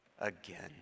again